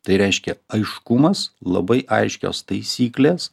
tai reiškia aiškumas labai aiškios taisyklės